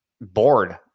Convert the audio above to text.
bored